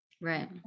Right